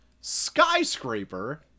skyscraper